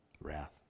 wrath